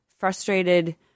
frustrated